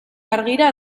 argira